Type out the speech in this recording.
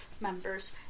members